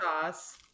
sauce